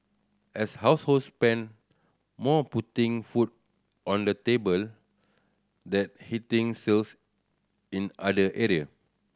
as households spend more putting food on the table that's hitting sales in other area